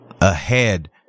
ahead